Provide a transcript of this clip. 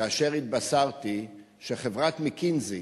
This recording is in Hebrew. כאשר התבשרתי שחברת "מקינזי",